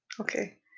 Okay